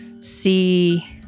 see